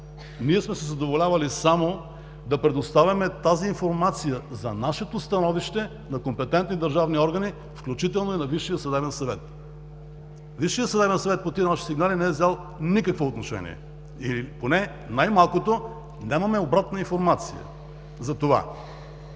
Ние сме се задоволявали само да предоставяме тази информация за нашето становище на компетентни държавни органи, включително и на Висшия съдебен съвет. Висшият съдебен съвет по тези наши сигнали не е взел никакво отношение или поне, най-малкото, нямаме обратна информация за това.